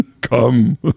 come